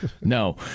No